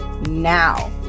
now